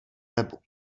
webu